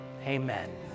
amen